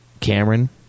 Cameron